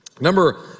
Number